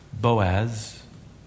Boaz